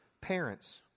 parents